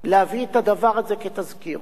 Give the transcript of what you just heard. להביא את הדבר הזה כתזכיר.